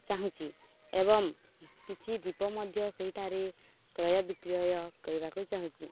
ଚାହୁଁଛି ଏବଂ କିଛି ଦ୍ୱୀପ ମଧ୍ୟ ସେଇଠାରେ କ୍ରୟ ବିକ୍ରୟ କରିବାକୁ ଚାହୁଁଛି